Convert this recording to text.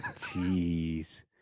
Jeez